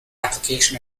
application